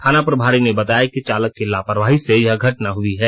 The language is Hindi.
थाना प्रभारी ने बताया कि चालक की लापरवाही से यह घटना हुई है